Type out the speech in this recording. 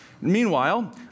Meanwhile